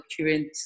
current